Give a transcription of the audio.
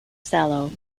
sallow